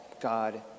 God